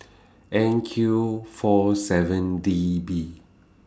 N Q four seven D B